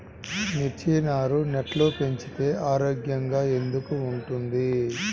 మిర్చి నారు నెట్లో పెంచితే ఆరోగ్యంగా ఎందుకు ఉంటుంది?